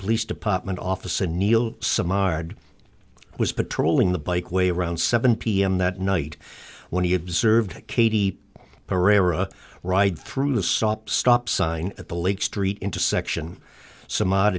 police department office a neil some odd was patrolling the bike way around seven pm that night when he observed katie pereira ride through the stop stop sign at the lake street intersection some odd